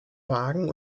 wagen